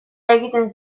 egiten